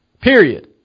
period